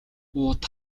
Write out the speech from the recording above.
уут